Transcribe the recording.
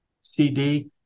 CD